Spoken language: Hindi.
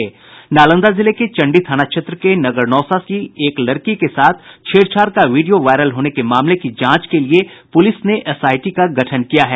नालंदा जिले के चंडी थाना क्षेत्र के नगरनौसा की एक लड़की के साथ छेड़छाड़ का वीडियो वायरल होने के मामले की जांच के लिए पुलिस ने एसआईटी का गठन किया है